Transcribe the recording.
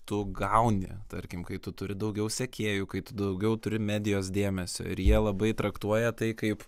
tu gauni tarkim kai tu turi daugiau sekėjų kai tu daugiau turi medijos dėmesio ir jie labai traktuoja tai kaip